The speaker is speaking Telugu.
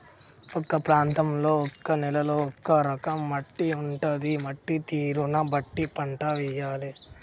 ఒక్కో ప్రాంతంలో ఒక్కో నేలలో ఒక్కో రకం మట్టి ఉంటది, మట్టి తీరును బట్టి పంట వేయాలే